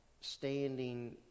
Standing